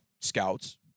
scouts